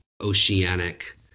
oceanic